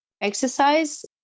exercise